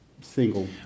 single